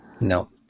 No